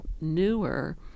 newer